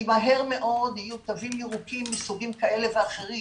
כי מהר מאוד יהיו תווים ירוקים מסוגים כאלה ואחרים